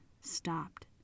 stopped